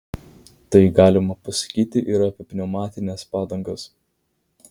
tai galima pasakyti ir apie pneumatines padangas